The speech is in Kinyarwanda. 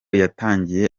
yatangiye